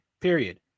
Period